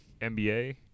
NBA